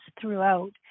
throughout